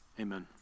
amen